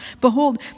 Behold